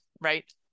right